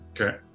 Okay